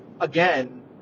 again